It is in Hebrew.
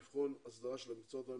לבחון הסדרה של המקצועות.